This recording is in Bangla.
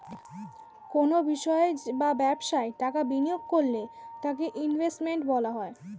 কোনো বিষয় বা ব্যবসায় টাকা বিনিয়োগ করলে তাকে ইনভেস্টমেন্ট বলা হয়